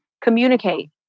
communicate